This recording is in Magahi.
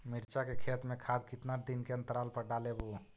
मिरचा के खेत मे खाद कितना दीन के अनतराल पर डालेबु?